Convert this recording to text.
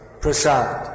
prasad